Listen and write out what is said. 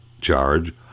charge